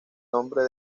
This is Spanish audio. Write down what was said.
nombre